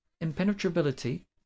impenetrability